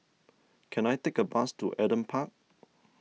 can I take a bus to Adam Park